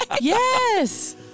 Yes